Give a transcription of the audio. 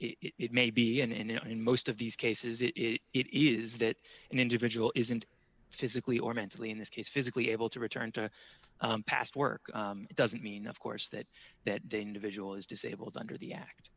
it's maybe and you know in most of these cases it is it is that an individual isn't physically or mentally in this case physically able to return to a past work doesn't mean of course that that day individual is disabled under the act